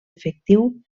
efectiu